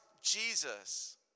Jesus